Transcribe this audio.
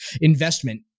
investment